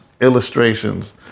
illustrations